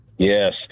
Yes